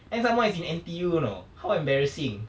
and some more it's in N_T_U you know how embarrassing